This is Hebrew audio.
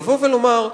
לבוא ולומר,